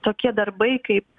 tokie darbai kaip